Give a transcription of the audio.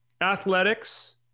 Athletics